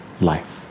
life